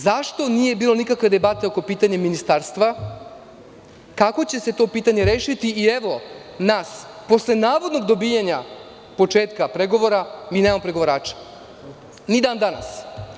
Zašto nije bilo nikakve debate oko pitanja ministarstva, kako će se to pitanje rešiti i evo nas, posle navodnog dobijanja početka pregovora, mi nemamo pregovarače, ni dan danas.